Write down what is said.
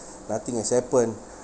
nothing has happen